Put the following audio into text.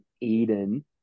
Eden